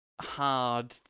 hard